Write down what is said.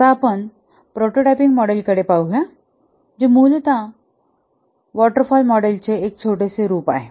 आता आपण प्रोटोटाइप मॉडेलकडे पाहूया जे मूलभूत वॉटर फॉल मॉडेल चे एक छोटेसे रूप आहे